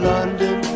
London